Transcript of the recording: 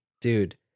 Dude